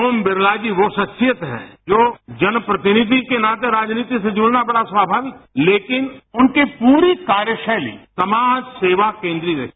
ओम बिड़ला जी वो शख्सियत हैं जो जनप्रतिनिधि के नाते राजनीति से जुड़ना बड़ा स्वाभाविक हैं लेकिन उनकी पूरी कार्यशैली समाज सेवा के लिए रही